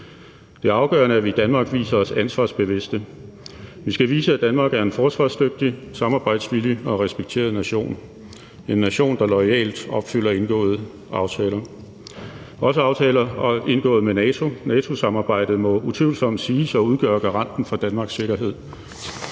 Det er afgørende, at vi i Danmark viser os ansvarsbevidste. Vi skal vise, at Danmark er en forsvarsdygtig samarbejdsvillig og respekteret nation – en nation, der loyalt opfylder indgåede aftaler, også aftaler indgået med NATO. NATO-samarbejdet må utvivlsomt siges at udgøre garanten for Danmarks sikkerhed.